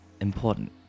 important